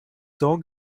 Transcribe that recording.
dog